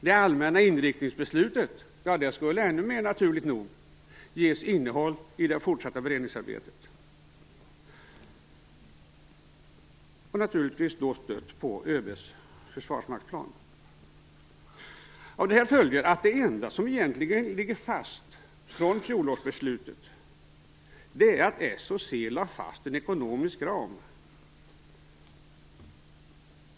Det allmänna inriktningsbeslutet skulle ännu mer, naturligt nog, ges innehåll i det fortsatta beredningsarbetet, självfallet stött på ÖB:s försvarsmaktsplan. Av detta följer att det enda som egentligen ligger fast från fjolårsbeslutet är att s och c lade fast en ekonomisk ram.